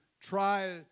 try